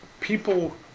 people